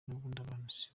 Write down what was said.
n’ubundi